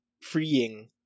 freeing